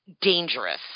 dangerous